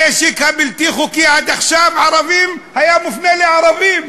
הנשק הבלתי-חוקי עד עכשיו היה מופנה לערבים,